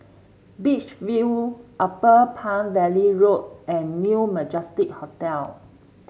Beach View Upper Palm Valley Road and New Majestic Hotel